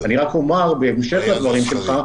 אני רק אומר בהמשך לדברים שלך,